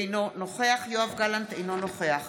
אינו נוכח יואב גלנט, אינו נוכח